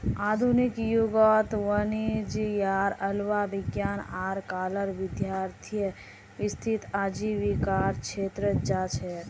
आधुनिक युगत वाणिजयेर अलावा विज्ञान आर कलार विद्यार्थीय वित्तीय आजीविकार छेत्रत जा छेक